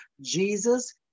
Jesus